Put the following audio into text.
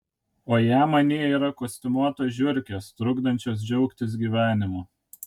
o jam anie yra kostiumuotos žiurkės trukdančios džiaugtis gyvenimu